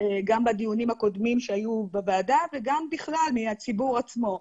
גם בדיונים הקודמים שהיו בוועדה וגם בכלל מהציבור עצמו.